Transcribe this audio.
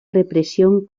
represión